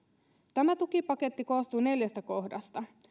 tämä tukipaketti koostuu neljästä kohdasta